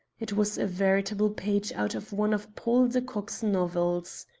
it was a veritable page out of one of paul de kock's novels.